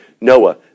Noah